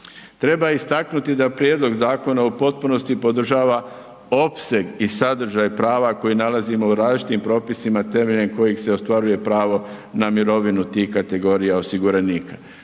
Treba istaknuti da prijedlog zakona u potpunosti podržava opseg i sadržaj prava koji nalazimo u različitim propisima temeljem kojih se ostvaruje pravo na mirovinu tih kategorija osiguranika.